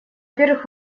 первых